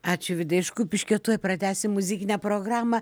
ačiū vida iš kupiškio tuoj pratęsim muzikinę programą